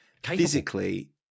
physically